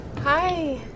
Hi